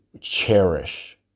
cherish